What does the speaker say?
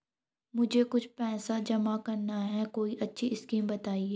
मुझे कुछ पैसा जमा करना है कोई अच्छी स्कीम बताइये?